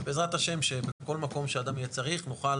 ובעזרת השם שבכל מקום שאדם יהיה צריך נוכל